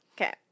Okay